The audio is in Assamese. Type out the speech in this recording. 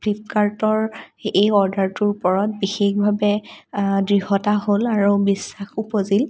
ফ্লিপকাৰ্টৰ এই অৰ্ডাৰটোৰ ওপৰত বিশেষভাৱে দৃঢ়তা হ'ল আৰু বিশ্বাস উপজিল